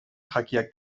jakiak